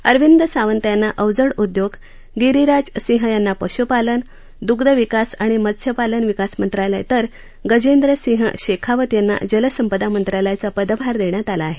अरविंद सावंत यांना अवजड उद्योग गिरीराज सिंह यांना पशुपालन दुग्धविकास आणि मत्सपालन विकास मंत्रालय तर गजेंद्र सिंह शेखावत यांना जलसंपदा मंत्रालयाचा पदभार देण्यात आला आहे